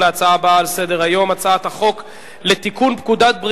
הצעת חוק החברות (תיקון,